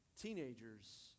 teenagers